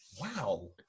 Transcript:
Wow